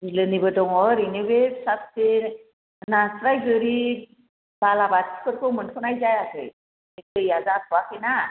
बिलोनिबो दङ ओरैनो बे फिसा फिसि नास्राइ गोरि बालाबाथिफोरखौ मोनथ'नाय जायाखै दैया जाथ'वाखैना